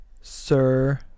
sir